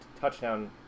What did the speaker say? touchdown